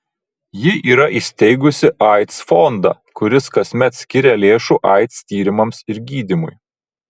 ji yra įsteigusi aids fondą kuris kasmet skiria lėšų aids tyrimams ir gydymui